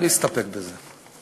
להסתפק בזה.